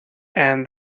and